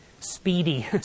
speedy